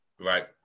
Right